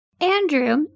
Andrew